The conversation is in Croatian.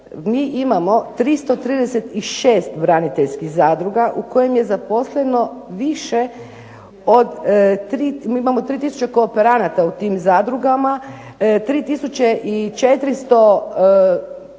mi imamo 336 braniteljskih zadruga u kojim je zaposleno više od, mi imamo 3 tisuće kooperanata u tim zadrugama,